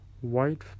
white